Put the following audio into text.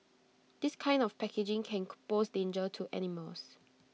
this kind of packaging can pose danger to animals